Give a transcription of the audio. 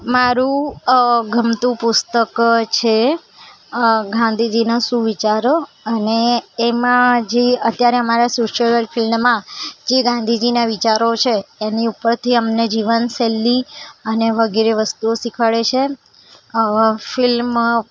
મારું અ ગમતું પુસ્તક છે અ ગાંધીજીના સુવિચારો અને એમાં જે અત્યારે અમારા સોશિયલ વર્ક ફિલ્ડમાં જે ગાંધીજીના વિચારો છે એની ઉપરથી અમને જીવનશૈલી અને વગેરે વસ્તુઓ શીખવાડે છે આવા ફિલ્મ